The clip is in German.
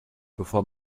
bevor